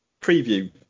preview